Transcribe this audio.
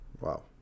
Wow